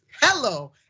hello